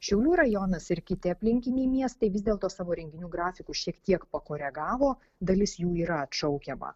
šiaulių rajonas ir kiti aplinkiniai miestai vis dėlto savo renginių grafikus šiek tiek pakoregavo dalis jų yra atšaukiama